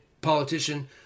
politician